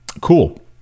cool